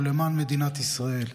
או למען מדינת ישראל.